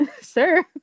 Sir